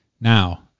Now